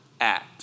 act